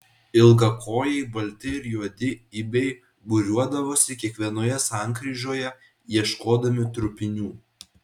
ilgakojai balti ir juodi ibiai būriuodavosi kiekvienoje sankryžoje ieškodami trupinių